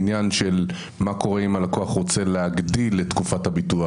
לעניין מה קורה אם הלקוח רוצה להגדיל את תקופת הביטוח.